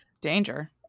danger